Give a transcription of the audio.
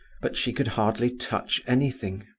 but she could hardly touch anything.